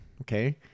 Okay